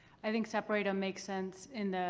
i think separate them makes sense in